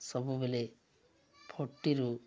ସବୁବେଲେ ଫର୍ଟିରୁ